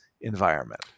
environment